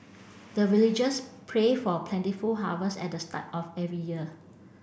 the villagers pray for plentiful harvest at the start of every year